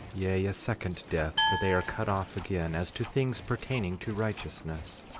yea, a second death, for they are cut off again as to things pertaining to righteousness.